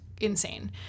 insane